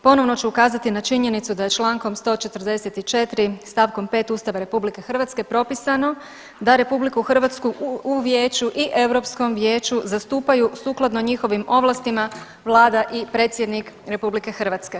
Ponovno ću ukazati na činjenicu da je čl. 144. st. 5. Ustava RH propisano da RH u vijeću i Europskom vijeću zastupaju sukladno njihovim ovlastima vlada i predsjednik RH.